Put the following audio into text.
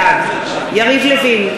בעד יריב לוין,